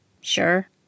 Sure